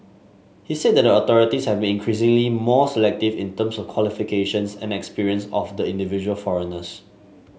he said that the authorities have been increasingly more selective in terms of qualifications and experience of the individual foreigners